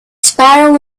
sparrow